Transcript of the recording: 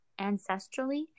ancestrally